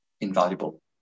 invaluable